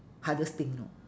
hardest thing you know